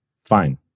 Fine